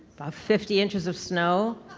about fifty inches of snow.